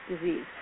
disease